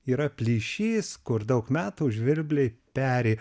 yra plyšys kur daug metų žvirbliai peri